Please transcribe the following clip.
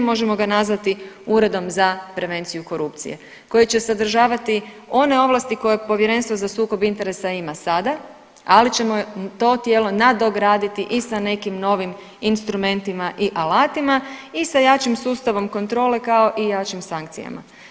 Možemo ga nazvati Uredom za prevenciju korupcije koje će sadržavati one ovlasti koje Povjerenstvo za sukob interesa ima sada ali ćemo to tijelo nadograditi i sa nekim novim instrumentima i alatima i sa jačim sustavom kontrole kao i sa jačim sankcijama.